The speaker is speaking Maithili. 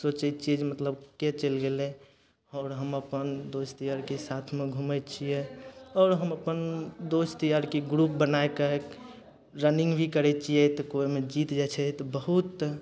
सोचय छियै जे मतलब किएक चलि गेलय आओर हम अपन दोस्त यारके साथमे घुमय छियै आओर हम अपन दोस्त यारके ग्रुप बनाय कऽ रनिंग भी करय छियै तऽ कोइ ओइमे जीत जाइ छै तऽ बहुत